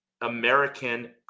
American